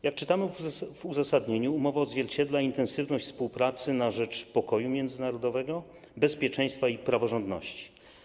Jak czytamy w uzasadnieniu, umowa odzwierciedla intensywność współpracy na rzecz pokoju międzynarodowego, bezpieczeństwa i praworządności.